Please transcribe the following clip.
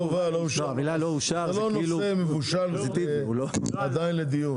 זה לא נושא מבושל עדיין לדיון.